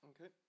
Okay